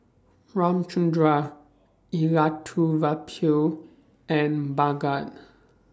Ramchundra Elattuvalapil and Bhagat